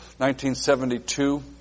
1972